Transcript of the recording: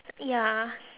ya